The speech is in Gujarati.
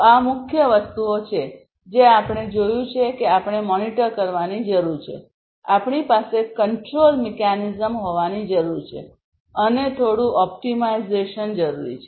આ મુખ્ય વસ્તુઓ છે જેઆપણે જોયું છે કે આપણે મોનિટર કરવાની જરૂર છે આપણી પાસે કંટ્રોલ મિકેનિઝમ હોવાની જરૂર છે અને થોડું ઓપ્ટિમાઇઝેશન જરૂરી છે